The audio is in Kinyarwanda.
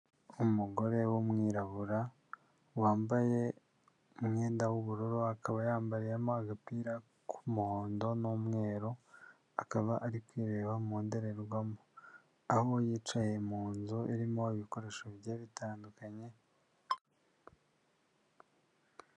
Umugore w'umwirabura wambaye umwenda w'ubururu akaba yambariyemo agapira k'umuhondo n'umweru, akaba ari kwireba mu ndorerwamo aho yicaye mu nzu irimo ibikoresho bigiye bitandukanye.